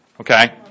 Okay